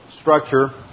structure